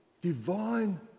divine